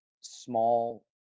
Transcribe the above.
small